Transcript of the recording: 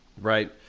Right